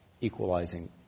equalizing